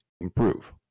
improve